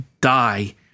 die